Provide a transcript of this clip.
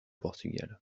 portugal